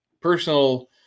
personal